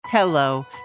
Hello